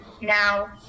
Now